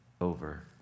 over